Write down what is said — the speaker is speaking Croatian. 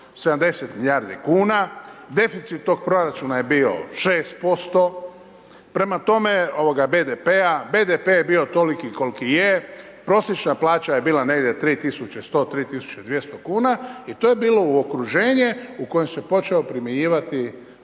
70 milijardi kuna, deficit tog proračuna je bio 6%. Prema tome, ovoga BDP-a, BDP je bio toliki koliki je, prosječna plaća je bila negdje 3100, 3200 kuna i to je bilo okruženje u kojem se počeo primjenjivati